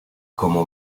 como